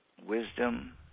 wisdom